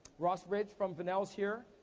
ross ridge from vanel's here,